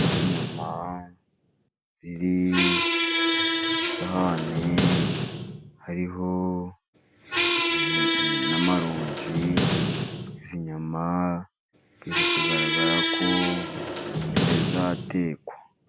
Inyama ziri ku isahani hariho n'amaronji. Izi nyama ziri kugaragara ko zitaratekwa.